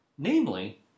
namely